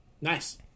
Nice